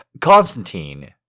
Constantine